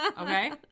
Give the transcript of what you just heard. Okay